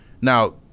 Now